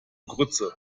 grütze